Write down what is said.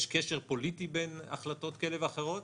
יש קשר פוליטי בין החלטות כאלה ואחרות.